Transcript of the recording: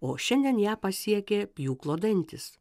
o šiandien ją pasiekė pjūklo dantys